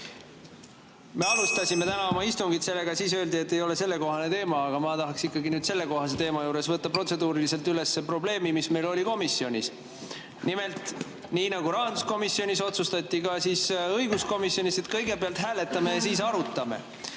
Me alustasime täna oma istungit sellega, et öeldi, et ei ole sellekohane teema. Aga ma tahaksin nüüd sellekohase teema juures võtta protseduuriliselt üles probleemi, mis meil oli komisjonis. Nimelt, nii nagu rahanduskomisjonis, otsustati ka õiguskomisjonis, et kõigepealt hääletame ja siis arutame.